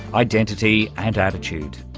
identity and attitude.